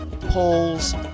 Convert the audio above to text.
polls